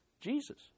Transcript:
Jesus